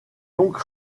donc